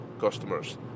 customers